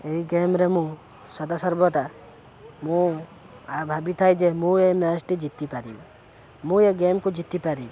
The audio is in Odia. ଏହି ଗେମ୍ରେ ମୁଁ ସଦାସର୍ବଦା ମୁଁ ଭାବିଥାଏ ଯେ ମୁଁ ଏ ମ୍ୟାଚ୍ଟି ଜିତିପାରିବି ମୁଁ ଏ ଗେମ୍କୁ ଜିତିପାରିବି